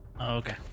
okay